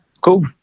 cool